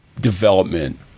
development